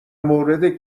مورد